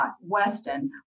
Weston